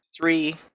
three